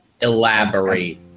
Elaborate